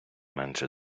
менше